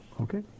Okay